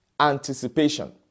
anticipation